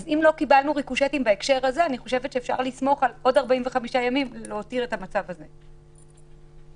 אז אפשר להותיר את המצב הזה ככה לעוד 45 ימים.